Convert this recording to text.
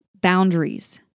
boundaries